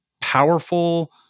powerful